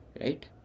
Right